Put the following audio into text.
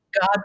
God